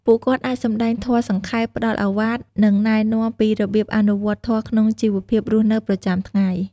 ពួកគាត់អាចសម្ដែងធម៌សង្ខេប ផ្ដល់ឱវាទ និងណែនាំពីរបៀបអនុវត្តធម៌ក្នុងជីវភាពរស់នៅប្រចាំថ្ងៃ។